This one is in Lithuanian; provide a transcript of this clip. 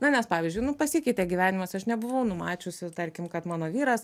na nes pavyzdžiui nu pasikeitė gyvenimas aš nebuvau numačiusi tarkim kad mano vyras